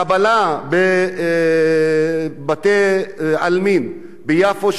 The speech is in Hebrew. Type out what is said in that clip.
חבלה בבתי-עלמין ביפו,